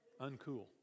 Uncool